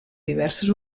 diverses